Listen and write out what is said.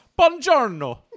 Buongiorno